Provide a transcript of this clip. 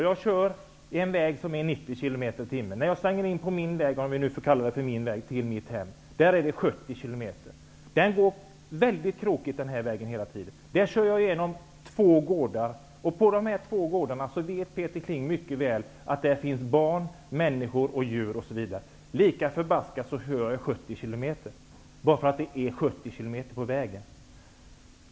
Jag kör på en väg med hastighetsbegränsningen 90 km i timmen. Där jag svänger in på ''min väg'' till mitt hem är det 70 km i timmen. Den vägen är väldigt krokig. Jag kör genom två gårdar. Jag vet mycket väl att det finns barn och djur på gården. Lika förbaskat kör jag 70 km i timmen därför att det står så på skylten.